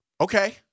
Okay